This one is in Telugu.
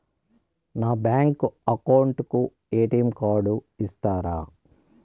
నా బ్యాంకు అకౌంట్ కు ఎ.టి.ఎం కార్డు ఇస్తారా